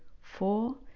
four